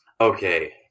Okay